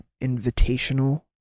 invitational